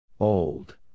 Old